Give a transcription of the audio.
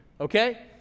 okay